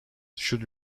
should